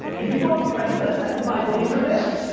if you go on craigslist and buy laser discs,